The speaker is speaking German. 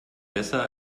besser